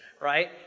right